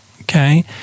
okay